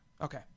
Okay